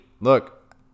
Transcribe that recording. Look